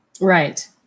Right